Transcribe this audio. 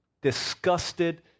disgusted